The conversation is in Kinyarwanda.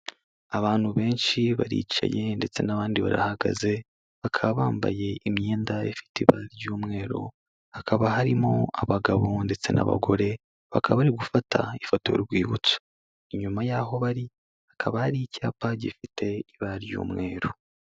Abantu benshi baricaye ndetse n'abandi barahagaze, bakaba bambaye imyenda ifite ibara ry'umweru, hakaba harimo abagabo ndetse n'abagore, bakaba bari gufata ifoto y'urwibutso, inyuma y'aho bari hakaba hari icyapa gifite ibara ry'umweru.